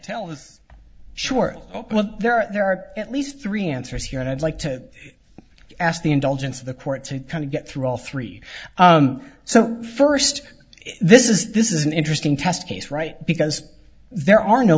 us sure there are there are at least three answers here and i'd like to ask the indulgence of the court to kind of get through all three so first this is this is an interesting test case right because there are no